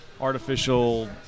artificial